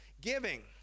Giving